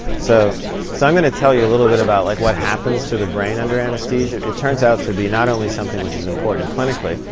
so so i'm going to tell you a little bit about like what happens to the brain under anesthesia. it turns out to be not only something which is important clinically,